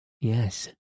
Yes